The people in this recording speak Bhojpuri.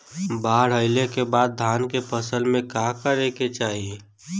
बाढ़ आइले के बाद धान के फसल में का करे के चाही?